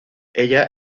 ella